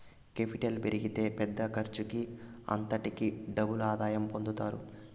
capital పెరిగితే పెద్ద ఖర్చుకి అంతటికీ డబుల్ ఆదాయం పొందుతారు